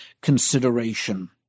consideration